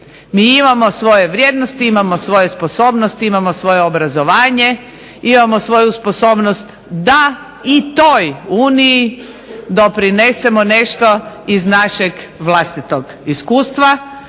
MI imamo svoje vrijednosti, imamo svoje sposobnosti, imamo obrazovanje, imamo svoju sposobnost da i toj uniji doprinesemo nešto iz našeg vlastitog iskustva